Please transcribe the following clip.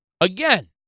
Again